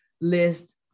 list